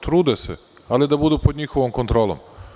Trude se, a ne da budu pod njihovom kontrolom.